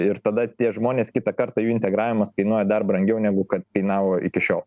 ir tada tie žmonės kitą kartą jų integravimas kainuoja dar brangiau negu kad kainavo iki šiol